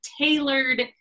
tailored